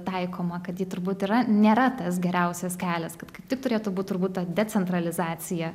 taikoma kad ji turbūt yra nėra tas geriausias kelias kad kaip tik turėtų būti turbūt decentralizacija